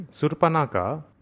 Surpanaka